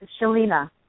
Shalina